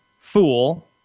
fool